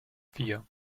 vier